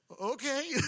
Okay